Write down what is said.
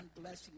blessing